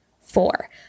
Four